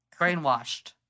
brainwashed